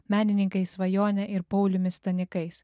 menininkais svajone ir pauliumi stanikais